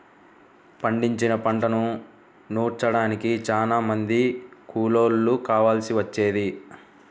పండించిన పంటను నూర్చడానికి చానా మంది కూలోళ్ళు కావాల్సి వచ్చేది